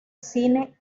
cine